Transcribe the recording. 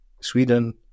sweden